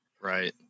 right